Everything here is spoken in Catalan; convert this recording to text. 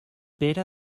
pere